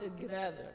together